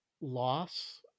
loss